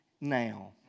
now